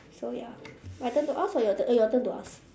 so ya my turn to ask or your tur~ your turn to ask